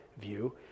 view